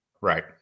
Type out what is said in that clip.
Right